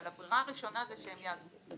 אבל הברירה הראשונה שהם יעמדו.